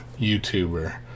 YouTuber